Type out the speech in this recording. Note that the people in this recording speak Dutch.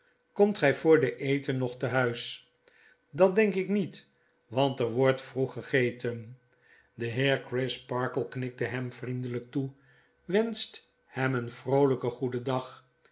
komt gy voor den eten nog te huis dat denk ik niet want er wordt vroeggegeten de heer crisparkle knikte hem vriendelyk toe wenscht hem vroolyk goedendag